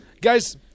Guys